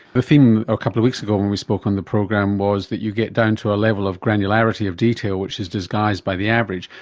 the theme a couple of weeks ago when we spoke on the program was that you get down to a level of granularity of detail which is disguised by the average,